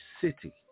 city